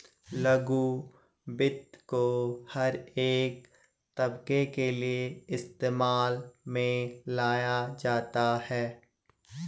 लघु वित्त को हर एक तबके के लिये इस्तेमाल में लाया जाता है